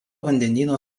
vandenyno